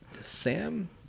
Sam